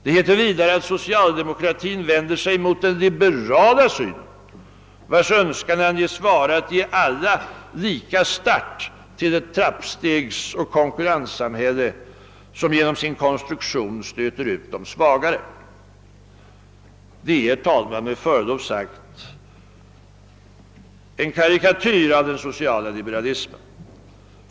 Det hette vidare att socialdemokratin vänder sig mot den liberala synen, vars önskemål anges vara att ge alla lika start till ett trappstegsoch konkurrenssamhälle som genom sin konstruktion stöter ut de svagare. Det är, herr talman, med förlov sagt en karikatyr av den sociala liberalismen.